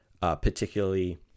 particularly